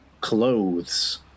clothes